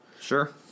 Sure